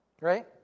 right